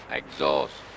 exhaust